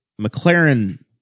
McLaren